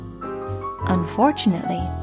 Unfortunately